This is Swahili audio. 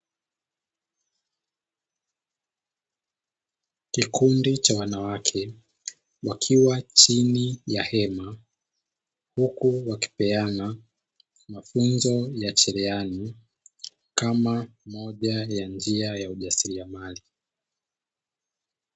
Kikundi cha wanawake wakiwa chini ya hema huku wakipeana mafunzo ya cherehani kama moja ya njia ya ujasiriamali.